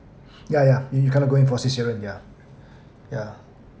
yeah yeah you you cannot go in for cesarean yeah yeah